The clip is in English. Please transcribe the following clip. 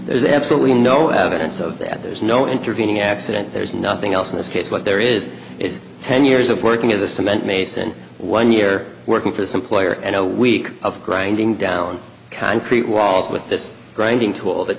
there's absolutely no evidence of that there's no intervening accident there's nothing else in this case what there is is ten years of working as a cement mason one year working for some player and a week of grinding down concrete walls with this grinding tool that